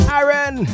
Aaron